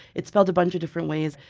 it's spelled a bunch of different ways.